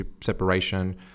separation